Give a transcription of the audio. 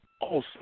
awesome